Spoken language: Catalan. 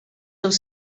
els